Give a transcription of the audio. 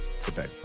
today